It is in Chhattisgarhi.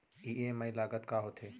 ई.एम.आई लागत का होथे?